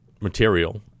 material